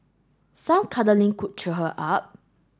some cuddling could cheer her up